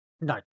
No